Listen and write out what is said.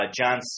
John